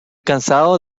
cansado